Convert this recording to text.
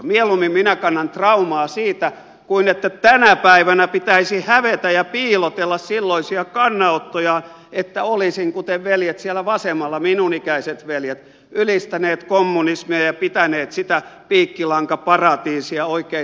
mieluummin minä kannan traumaa siitä kuin että tänä päivänä pitäisi hävetä ja piilotella silloisia kannanottojaan että olisin kuten veljet siellä vasemmalla minun ikäiset veljet ylistänyt kommunismia ja pitänyt sitä piikkilankaparatiisia oikein ihanneyhteiskuntana